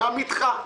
גם איתך,